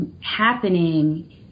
happening